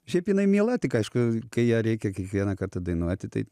šiaip jinai miela tik aišku kai ją reikia kiekvieną kartą dainuoti tai